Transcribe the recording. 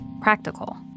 practical